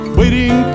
waiting